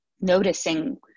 noticing